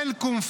סלקום,